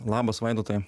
labas vaidotai